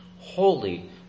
holy